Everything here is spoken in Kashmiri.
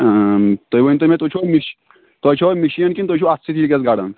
تُہۍ ؤنۍتَو مےٚ تُہۍ چھُوا مِش تۄہہِ چھَوا مِشیٖن کِنہٕ تُہۍ چھُو اَتھٕ سۭتۍ یہِ گژھِ گران